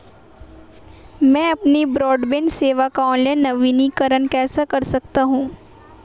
मैं अपनी ब्रॉडबैंड सेवा का ऑनलाइन नवीनीकरण कैसे कर सकता हूं?